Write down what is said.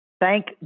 thank